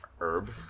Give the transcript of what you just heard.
herb